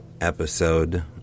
episode